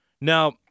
Now